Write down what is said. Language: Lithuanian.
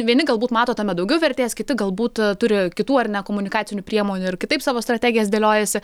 vieni galbūt mato tame daugiau vertės kiti galbūt turi kitų ar ne komunikacinių priemonių ir kitaip savo strategijas dėliojasi